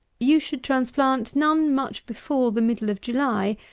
you should transplant none much before the middle of july,